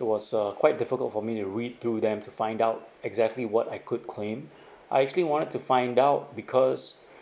it was uh quite difficult for me read through them to find out exactly what I could claim I actually wanted to find out because